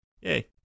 Yay